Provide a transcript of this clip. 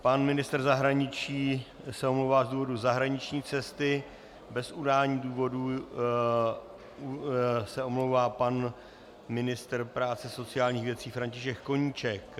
Pan ministr zahraničí se omlouvá z důvodu zahraniční cesty, bez udání důvodu se omlouvá pan ministr práce a sociálních věcí František Koníček.